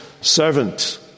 servant